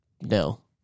No